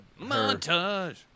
Montage